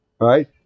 right